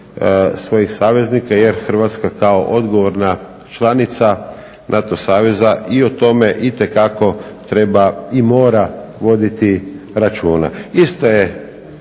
svojih saveznika jer Hrvatska kao odgovorna članica NATO saveza i o tome itekako treba i mora voditi računa.